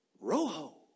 rojo